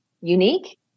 unique